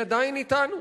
היא עדיין אתנו,